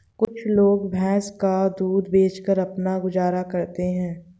कुछ लोग भैंस का दूध बेचकर अपना गुजारा करते हैं